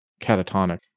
catatonic